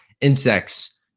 insects